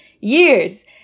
years